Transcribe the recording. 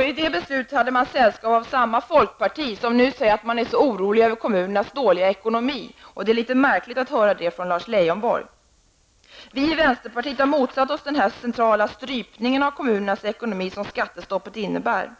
I detta beslut hade regeringen stöd av samma folkparti som nu säger att det är så oroligt över kommunernas dåliga ekonomi. Det är litet märkligt att höra detta från Lars Leijonborg. Vi i vänsterpartiet har motsatt oss denna centrala strypning av kommunernas ekonomi som skattestoppet innebär.